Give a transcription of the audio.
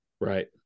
Right